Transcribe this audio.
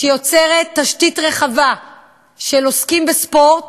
שיוצרת תשתית רחבה של עוסקים בספורט,